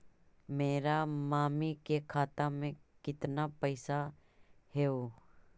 मेरा मामी के खाता में कितना पैसा हेउ?